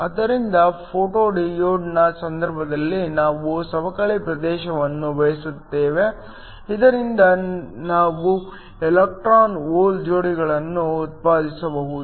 ಆದ್ದರಿಂದ ಫೋಟೋ ಡಯೋಡ್ನ ಸಂದರ್ಭದಲ್ಲಿ ನಾವು ಸವಕಳಿ ಪ್ರದೇಶವನ್ನು ಬಯಸುತ್ತೇವೆ ಇದರಿಂದ ನಾವು ಎಲೆಕ್ಟ್ರಾನ್ ಹೋಲ್ ಜೋಡಿಗಳನ್ನು ಉತ್ಪಾದಿಸಬಹುದು